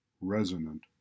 resonant